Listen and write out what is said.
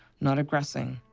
not aggressing.